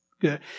good